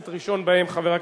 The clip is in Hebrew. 7281,